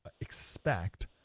expect